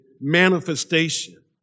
manifestation